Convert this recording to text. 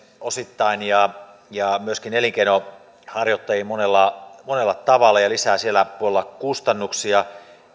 osittain ja ja myöskin elinkeinonharjoittajiin monella tavalla ja lisää siellä puolella kustannuksia